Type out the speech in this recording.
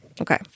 okay